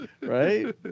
right